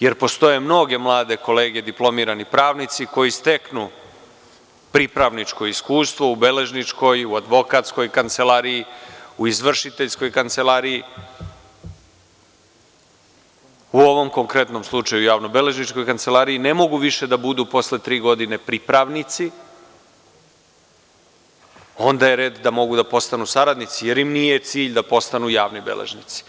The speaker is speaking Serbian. jer postoje mnoge mlade kolege, diplomirani pravnici, koji steknu pripravničko iskustvo u beležničkoj, advokatskoj kancelariji, u izvršiteljskoj kancelariji, u ovom konkretnom slučaju, u javnobeležničkoj kancelariji, ne mogu više da budu posle tri godine pripravnici, onda je red da postanu saradnici, jer im nije cilj da postanu javni beležnici.